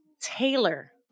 Taylor